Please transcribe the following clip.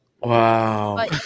Wow